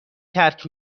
ترک